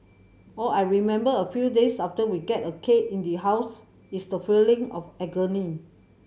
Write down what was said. all I remember a few days after we get a cake in the house is the feeling of agony